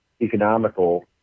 economical